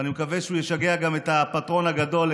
ואני מקווה שהוא ישגע גם את הפטרון הגדול,